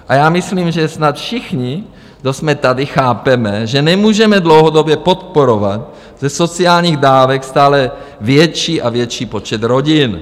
A já myslím, že snad všichni, kdo jsme tady, chápeme, že nemůžeme dlouhodobě podporovat ze sociálních dávek stále větší a větší počet rodin.